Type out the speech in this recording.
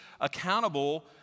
accountable